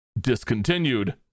discontinued